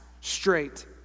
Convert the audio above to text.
straight